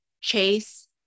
chase